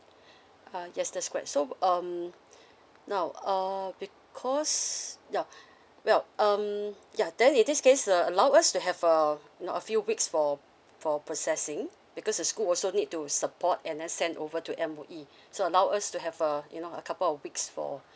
uh yes that's correct so um now uh because well well um yeah then in this case uh allow us to have a you know a few weeks for for processing because the school also need to support and then send over to M O E so allow us to have a you know a couple weeks for